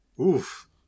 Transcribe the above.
Oof